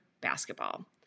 Basketball